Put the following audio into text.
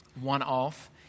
one-off